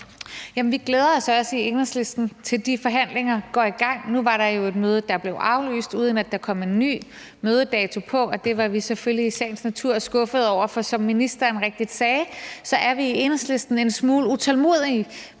Vi glæder os også i Enhedslisten til, at de forhandlinger går i gang. Nu var der jo et møde, der blev aflyst, uden at der kom en ny mødedato på. Det var vi selvfølgelig i sagens natur skuffede over, for som ministeren rigtigt sagde, er vi i Enhedslisten en smule utålmodige